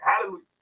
Hallelujah